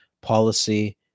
policy